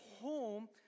home